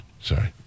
Sorry